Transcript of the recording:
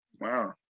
wow